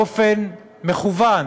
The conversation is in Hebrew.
באופן מכוון